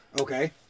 okay